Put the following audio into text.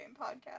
podcast